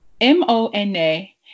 M-O-N-A